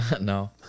No